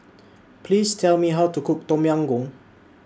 Please Tell Me How to Cook Tom Yam Goong